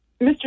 Mr